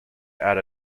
out